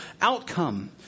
outcome